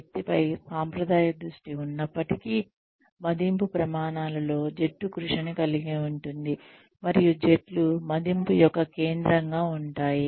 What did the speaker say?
వ్యక్తిపై సాంప్రదాయ దృష్టి ఉన్నప్పటికీ మదింపు ప్రమాణాలలో జట్టుకృషిని కలిగి ఉంటుంది మరియు జట్లు మదింపు యొక్క కేంద్రంగా ఉంటాయి